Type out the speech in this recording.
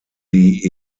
die